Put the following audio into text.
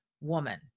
woman